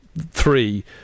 three